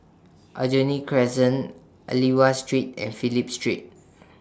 Aljunied Crescent Aliwal Street and Phillip Street